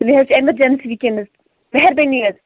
مےٚ حظ چھِ ایٚمَرجِنسی وُنکٮیٚنس مٮہربٲنی حظ